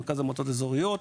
מרכז המועצות האזוריות,